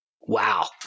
Wow